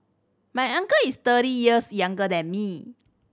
my uncle is thirty years younger than me